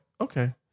okay